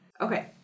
Okay